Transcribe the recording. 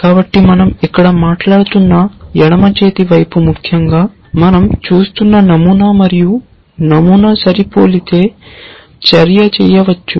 కాబట్టి మనం ఇక్కడ మాట్లాడుతున్న ఎడమ చేతి వైపు ముఖ్యంగా మనం చూస్తున్న నమూనా మరియు నమూనా సరిపోలితే చర్య చేయవచ్చు